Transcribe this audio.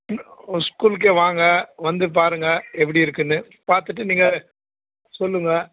ஸ்கூலுக்கே வாங்க வந்து பாருங்கள் எப்படி இருக்குதுன்னு பார்த்துட்டு நீங்கள் சொல்லுங்கள்